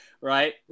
Right